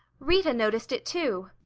rita noticed it too.